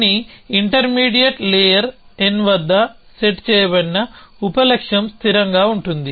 కొన్ని intermediate layer n వద్ద set చేయబడిన ఉప లక్ష్యం స్థిరంగా ఉంటుంది